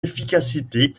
efficacité